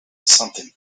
something